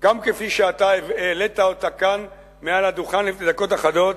גם כפי שאתה העלית אותה כאן מעל הדוכן לפני דקות אחדות,